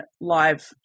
live